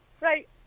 right